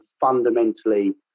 fundamentally